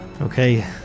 Okay